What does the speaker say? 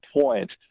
point